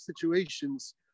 situations